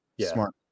Smart